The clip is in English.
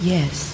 Yes